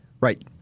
Right